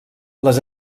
les